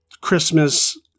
Christmas